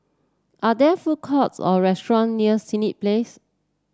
are there food courts or restaurant near Senett Place